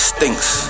Stinks